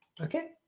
Okay